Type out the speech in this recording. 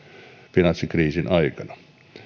finanssikriisin aikana